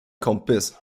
kompis